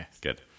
Good